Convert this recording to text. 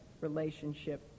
relationship